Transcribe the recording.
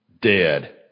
Dead